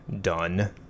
done